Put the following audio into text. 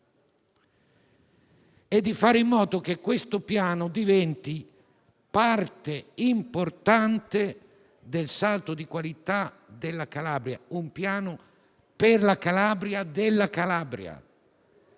e di fare in modo che questo piano diventasse parte importante del salto di qualità della Calabria: un piano per la Calabria, della Calabria.